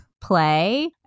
play